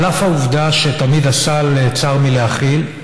על אף העובדה שתמיד הסל צר מלהכיל,